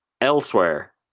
Elsewhere